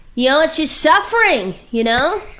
you know it's just suffering, you know?